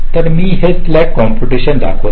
तर मी हे स्लॅक कॉम्प्युटेशन दाखवित आहे